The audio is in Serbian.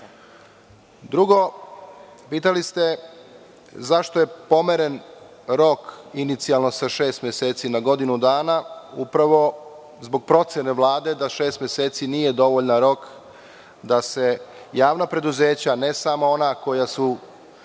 nisu. Drugo, videli ste zašto je pomeren rok inicijalno sa šest meseci na godinu dana. Upravo, zbog procene Vlade da šest meseci nije dovoljan rok da se javna preduzeća, ne samo ona koja su